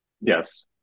Yes